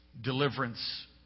Deliverance